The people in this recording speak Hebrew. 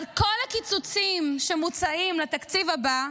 אבל כל הקיצוצים שמוצעים לתקציב הבא,